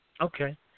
Okay